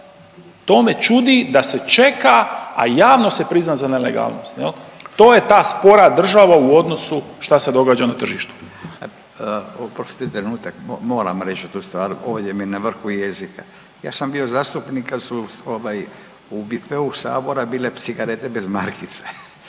to me čudi da se čeka, a javno se prizna za nelegalnost jel, to je ta spora država u odnosu šta se događa na tržištu. **Radin, Furio (Nezavisni)** Oprostite moram reć tu stvar, ovdje mi je na vrhu jezika. Ja sam bio zastupnik kad su ovaj u bifeu sabora bile cigarete bez markice.